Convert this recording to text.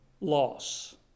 loss